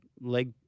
leg